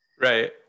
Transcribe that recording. right